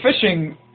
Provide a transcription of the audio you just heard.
fishing